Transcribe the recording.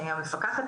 המפקחת,